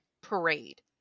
parade